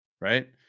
right